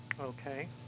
Okay